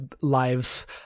lives